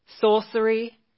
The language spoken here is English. sorcery